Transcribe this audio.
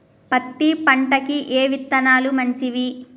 పత్తి పంటకి ఏ విత్తనాలు మంచివి?